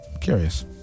curious